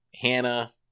Hannah